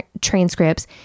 transcripts